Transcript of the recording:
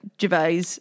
Gervais